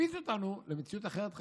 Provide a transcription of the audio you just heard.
ותקפיץ אותנו למציאות אחרת לחלוטין,